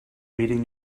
meeting